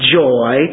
joy